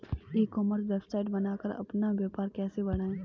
ई commerce website बनाकर अपना व्यापार कैसे बढ़ाएँ?